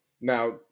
now